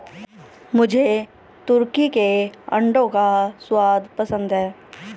मुझे तुर्की के अंडों का स्वाद पसंद है